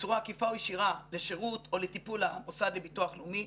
בצורה עקיפה או ישירה לשירות או לטיפול המוסד לביטוח לאומי.